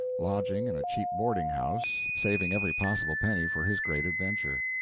lodging in a cheap boarding-house, saving every possible penny for his great adventure.